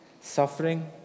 suffering